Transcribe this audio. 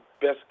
best